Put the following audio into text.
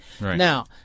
Now